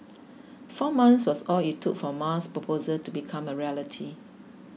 four months was all it took for Ma's proposal to become a reality